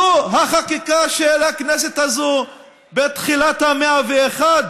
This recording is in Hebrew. זו החקיקה של הכנסת הזו בתחילת המאה ה-21?